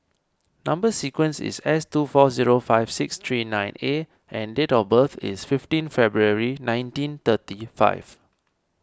Number Sequence is S two four zero five six three nine A and date of birth is fifteen February nineteen thirty five